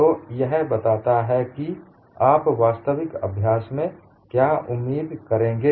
तो यह बताता है कि आप वास्तविक अभ्यास में क्या उम्मीद करेंगे